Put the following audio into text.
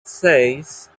seis